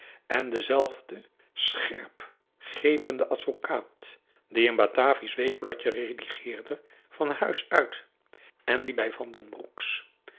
en dezelfde scherpgepende advocaat die een bataviasch weekblaadje redigeerde van huis uit en die bij van den broek's